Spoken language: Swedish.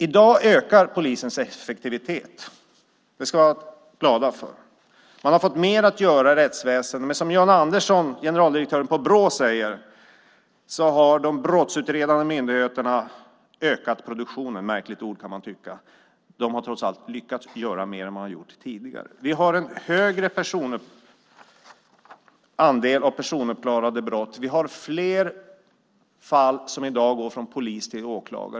I dag ökar polisens effektivitet. Det ska vi vara glada för. Man har fått mer att göra inom rättsväsendet, men som Jan Andersson, generaldirektören vid Brå, säger har de brottsutredande myndigheterna ökat produktionen - ett märkligt ord kan man tycka. De har lyckats göra mer än tidigare. Vi har en högre andel personuppklarade brott, en mycket kraftig ökning. Vi har fler fall som i dag går från polis till åklagare.